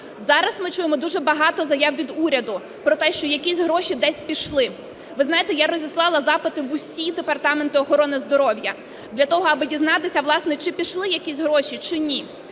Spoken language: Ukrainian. Зараз ми чуємо дуже багато заяв від уряду про те, що якісь гроші десь пішли. Ви знаєте, я розіслала запити в усі департаменти охорони здоров'я для того, аби дізнатися, власне, чи пішли якісь гроші, чи ні.